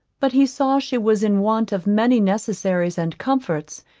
but he saw she was in want of many necessaries and comforts,